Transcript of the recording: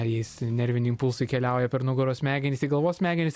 jais nerviniai impulsai keliauja per nugaros smegenis į galvos smegenis